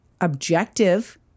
objective